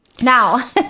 Now